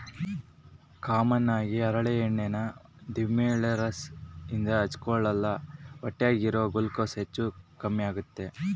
common ಆಗಿ ಹರಳೆಣ್ಣೆನ ದಿಮೆಂಳ್ಸೇರ್ ಇದ್ರ ಹಚ್ಚಕ್ಕಲ್ಲ ಹೊಟ್ಯಾಗಿರೋ ಕೂಸ್ಗೆ ಹೆಚ್ಚು ಕಮ್ಮೆಗ್ತತೆ